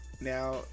Now